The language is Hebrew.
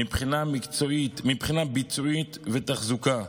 מבחינת ביצועים ותחזוקה,